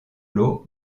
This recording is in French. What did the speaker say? l’eau